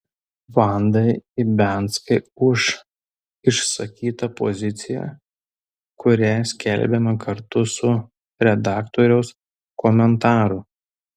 vandai ibianskai už išsakytą poziciją kurią skelbiame kartu su redaktoriaus komentaru